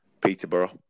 Peterborough